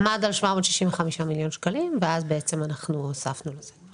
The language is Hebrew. הוא עמד על 765 מיליון שקלים ואז הוספנו לזה.